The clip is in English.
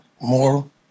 Moral